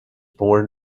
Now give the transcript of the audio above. born